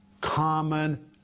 common